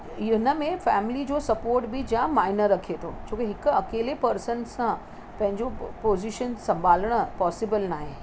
इहा हिन में फ़ैमिली जो सपोर्ट बि जाम माना रखे थो छोकी हिकु अकेले पर्सन सां पंहिंजो पोज़ीशन संभालणु पॉसिबल नाहे